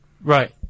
Right